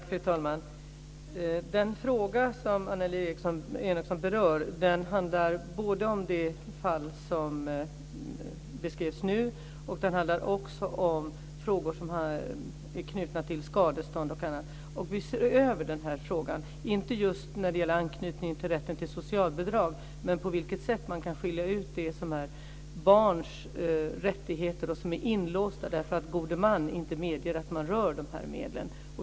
Fru talman! Den fråga som Annelie Enochson berör handlar både om det fall som beskrivs nu och om frågor som är knutna till skadestånd och annat. Vi ser över den här frågan - inte just med anknytning till rätten till socialbidrag utan det gäller på vilket sätt man kan skilja ut det som är barns rättigheter och barns pengar som är inlåsta för att god man inte medger att man rör medlen.